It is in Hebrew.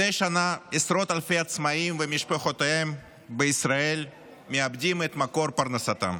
מדי שנה עשרות אלפי עצמאים ומשפחותיהם בישראל מאבדים את מקור פרנסתם.